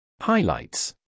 Highlights